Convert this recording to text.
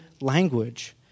language